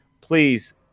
please